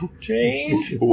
Change